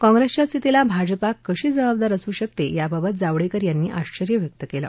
काँग्रेसच्या स्थितीला भाजपा कशी जबाबदार अस शकते याबाबत जावडेकर यांनी आश्चर्य व्यक्त केलं